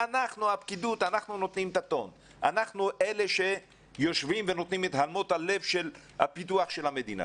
אנחנו הפקידות ניתן את הטון ואת הלמות הלב של פיתוח המדינה.